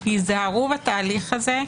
היזהרו בתהליך הזה.